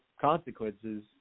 consequences